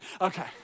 Okay